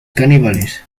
caníbales